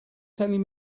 telling